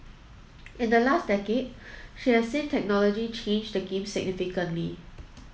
in the last decade she has seen technology change the game significantly